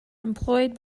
employed